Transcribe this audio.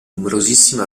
numerosissimi